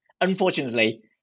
Unfortunately